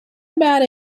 about